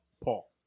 Paul